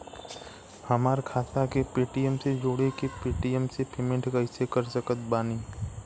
हमार खाता के पेटीएम से जोड़ के पेटीएम से पेमेंट कइसे कर सकत बानी?